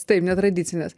taip netradicinės